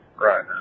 right